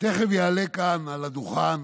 תכף יעלה כאן אל הדוכן